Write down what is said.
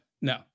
no